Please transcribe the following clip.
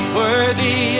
worthy